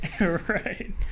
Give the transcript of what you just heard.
right